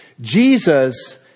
Jesus